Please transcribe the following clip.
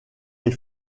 les